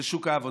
בשוק העבודה.